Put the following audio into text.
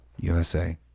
USA